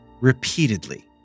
repeatedly